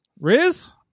Riz